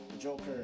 joker